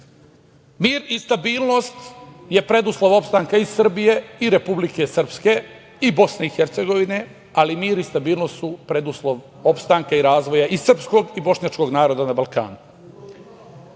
i stabilnost je preduslov opstanka i Srbije i Republike Srpske i Bosne i Hercegovine, ali mir i stabilnost su preduslov opstanka i razvoja i srpskog i bošnjačkog naroda na Balkanu. Ne